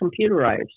computerized